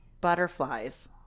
Butterflies